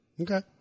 Okay